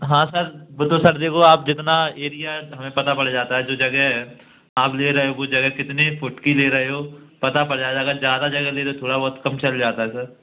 हाँ सर बिल्कुल सर देखो आप जितना एरिया है हमें पता पड़ जाता है जो जगह है आप ले रहे हो वो जगह कितने फुट की ले रहे हो पता पड़ जाएगा अगर ज़्यादा जगह ले रहे हो थोड़ा बहुत कम चल जाता है सर